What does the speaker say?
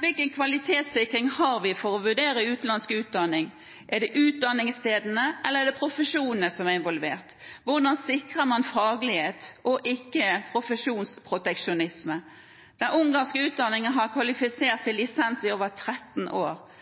Hvilken kvalitetssikring har vi for å vurdere utenlandsk utdanning? Er det utdanningsstedene eller er det profesjonene som er involvert? Hvordan sikrer man faglighet og ikke profesjonsproteksjonisme? Den ungarske utdanningen har kvalifisert til lisens i over 13 år.